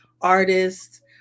artists